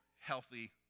healthy